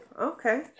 Okay